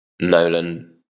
Nolan